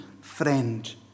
friend